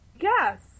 yes